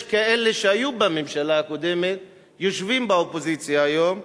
יש כאלה שהיו בממשלה הקודמת ויושבים באופוזיציה היום,